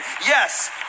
yes